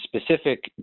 specific